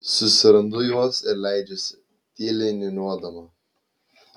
susirandu juos ir leidžiuosi tyliai niūniuodama